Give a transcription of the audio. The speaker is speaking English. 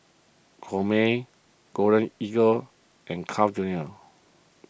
Gourmet Golden Eagle and Carl's Junior